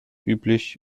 üblich